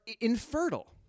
infertile